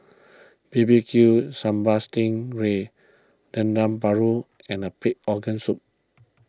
B B Q Sambal Sting Ray Dendeng Paru and Pig Organ Soup